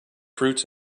fruits